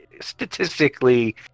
statistically